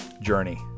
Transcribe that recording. Journey